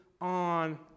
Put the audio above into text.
on